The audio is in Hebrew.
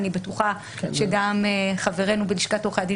אני בטוחה שגם חברינו בלשכת עורכי הדין